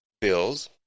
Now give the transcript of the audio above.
bills